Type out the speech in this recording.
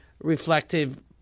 reflective